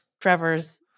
Trevor's